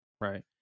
right